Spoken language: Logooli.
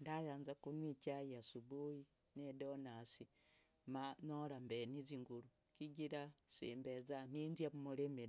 Ndayanza kunywa ichai asunuhi nedonasi manyora mbeniziguru chigira simbezaninzya mmurimi